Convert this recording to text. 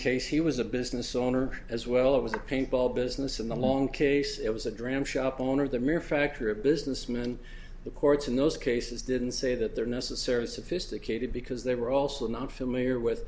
case he was a business owner as well it was a paintball business and along case it was a dram shop owner the mere fact or a businessman the courts in those cases didn't say that they're necessarily sophisticated because they were also not familiar with